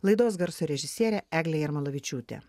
laidos garso režisierė eglė jarmolavičiūtė